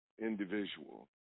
individual